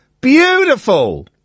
Beautiful